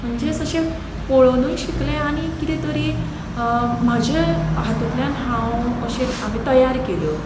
म्हणजेच अशें पळोवनूय शिकले आनी कितें तरी म्हाजे हातूंतल्यान हांव अशे हांवें तयार केल्यो